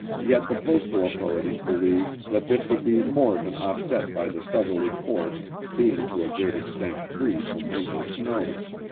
yet the postal authorities believed that this would be more than offset by the southerly course being to a great extent free from winter snows.